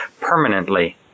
permanently